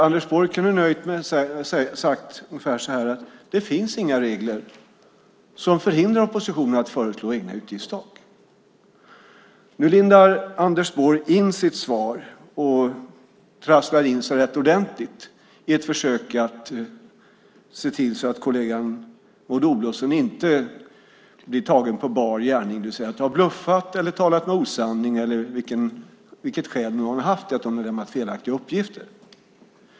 Anders Borg kunde ha sagt ungefär så här: Det finns inga regler som förhindrar oppositionen att föreslå egna utgiftstak. Nu lindar Anders Borg in sitt svar och trasslar in sig rätt ordentligt i ett försök att se till att kollegan Maud Olofsson inte blir tagen på bar gärning, det vill säga att ha bluffat, talat osanning eller vilket skäl hon nu har haft till att hon har lämnat felaktiga uppgifter.